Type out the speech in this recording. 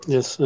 Yes